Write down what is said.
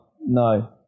No